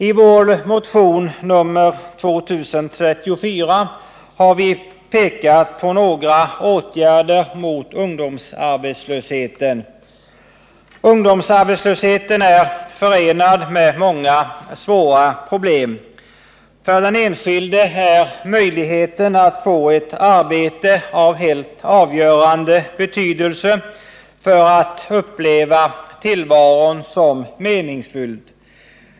I vår motion nr 2034 har vi pekat på några åtgärder mot ungdomsarbetslösheten. Ungdomsarbetslösheten är förenad med många svåra problem. För den enskilde är möjligheten att få ett arbete av helt avgörande betydelse för att uppleva tillvaron som meningsfylld.